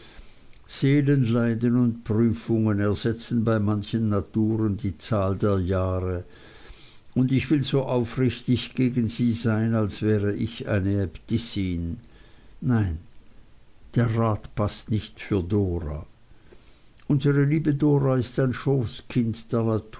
seelenleiden und prüfungen ersetzen bei manchen naturen die zahl der jahre und ich will so aufrichtig gegen sie sein als wäre ich eine äbtissin nein der rat paßt nicht für dora unsere liebe dora ist ein